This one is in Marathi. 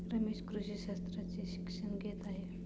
रमेश कृषी शास्त्राचे शिक्षण घेत आहे